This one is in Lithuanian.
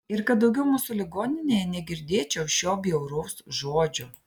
ir kad daugiau mūsų ligoninėje negirdėčiau šio bjauraus žodžio